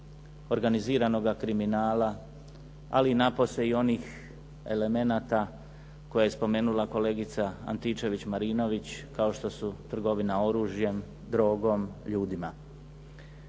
organiziranoga kriminala, ali napose i onih elemenata koje je spomenula kolegica Antičević Marinović kao što su trgovina oružjem, drogom, ljudima.